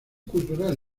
cultural